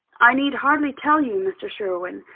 i need hardly tell you, mr. sherwin,